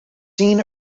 seen